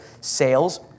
sales